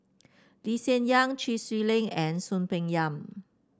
Lee Hsien Yang Chee Swee Lee and Soon Peng Yam